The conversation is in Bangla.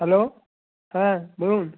হ্যালো হ্যাঁ বলুন